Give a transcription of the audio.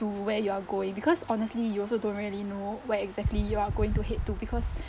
to where you are going because honestly you also don't really know where exactly you are going to head too because